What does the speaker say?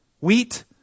wheat